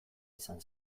izan